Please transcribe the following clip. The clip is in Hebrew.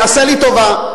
עשה לי טובה,